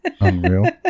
Unreal